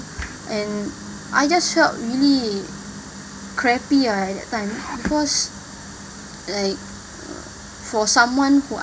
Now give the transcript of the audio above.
and I just felt really crappy ah at that time because like for someone who I